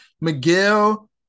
Miguel